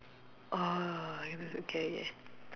orh it was okay